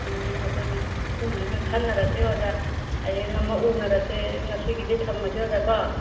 ꯎꯃ ꯑꯗꯨꯅꯤ ꯑꯗꯨꯃꯥꯏꯅ ꯈꯟꯅꯔꯁꯦ ꯑꯣꯖꯥ ꯍꯌꯦꯡ ꯑꯃꯨꯛ ꯎꯅꯔꯁꯦ ꯉꯗꯤꯒꯤ ꯊꯝꯃꯁꯦ ꯑꯣꯖꯥ ꯀꯣꯛ